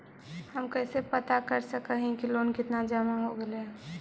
हम कैसे पता कर सक हिय की लोन कितना जमा हो गइले हैं?